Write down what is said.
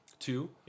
Two